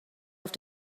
auf